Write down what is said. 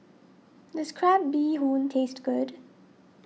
does Crab Bee Hoon taste good